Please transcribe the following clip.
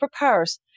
superpowers